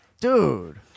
Dude